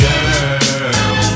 Girl